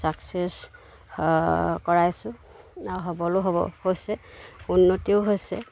success কৰাইছোঁ আৰু সবলো হ'ব হৈছে উন্নতিও হৈছে